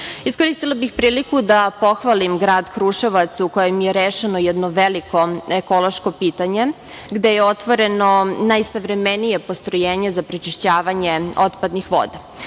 pravcu. Iskoristila bih priliku da pohvalim grad Kruševac u kojem je rešeno jedno veliko ekološko pitanje gde je otvoreno najsavremenije postrojenje za prečišćavanje otpadnih voda. Ovo